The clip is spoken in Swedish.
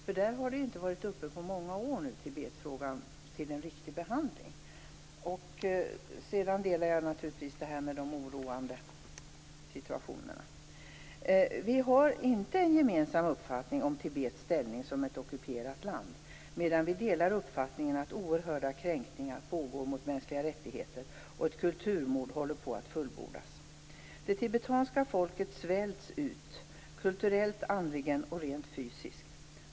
Där har Tibetfrågan inte varit upp till en riktig behandling på många år. Men jag delar naturligtvis oron för situationen. Vi har inte en gemensam uppfattning om Tibets ställning som ett ockuperat land, medan vi delar uppfattningen att oerhörda kränkningar pågår mot mänskliga rättigheter och att ett kulturmord håller på att fullbordas. Det tibetanska folket svälts ut kulturellt, andligen och rent fysiskt.